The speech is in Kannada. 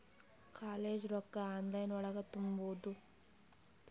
ಕಾಲೇಜ್ ರೊಕ್ಕ ಆನ್ಲೈನ್ ಒಳಗ ತುಂಬುದು?